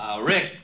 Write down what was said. Rick